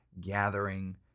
gathering